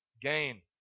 gain